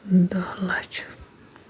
دہ لَچھ